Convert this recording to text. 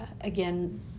again